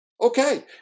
okay